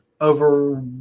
over